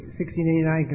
1689